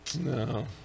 No